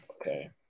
Okay